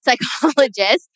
psychologist